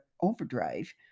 overdrive